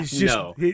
no